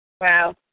Wow